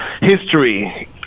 history